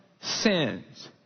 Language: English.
sins